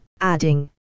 adding